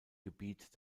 gebiet